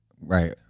Right